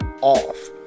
Off